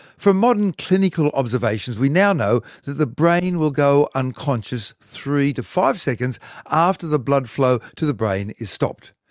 from modern clinical observations, we now know the brain will go unconscious three to five seconds after the blood flow to the brain is stopped.